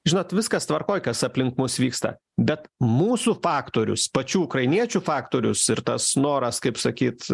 žinot viskas tvarkoj kas aplink mus vyksta bet mūsų faktorius pačių ukrainiečių faktorius ir tas noras kaip sakyt